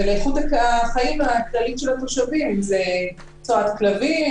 וכן לאיכות החיים הכללית של התושבים: אם זה צואת כלבים,